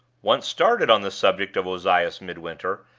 once started on the subject of ozias midwinter,